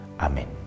Amen